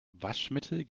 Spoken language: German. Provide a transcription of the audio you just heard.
waschmittel